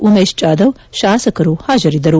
ಉಮೇಶ್ ಜಾದವ್ ಶಾಸಕರು ಹಾಜರಿದ್ದರು